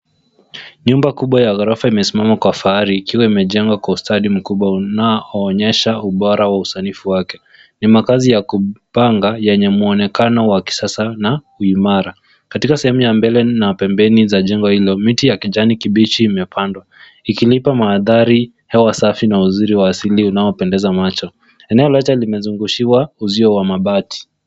Nyumba kubwa ya gorofa imesimama kwa fahari ikiwa imejengwa kwa ustadi mkubwa unao onyeshesha ubora wa usanifu wake. Ni makaza ya kupanga yenye muonekana wa kisasa na uimara, katika sehemu ya mbele na pembeni za jengo hilo miti ya kijani kibichi imepandwa ikilipa mandhari hewa safi na uzuri wa asili unaopendeza macho. Eneo lote limezungushiwa uzio wa mabati.